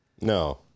no